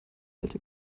alte